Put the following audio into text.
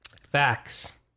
facts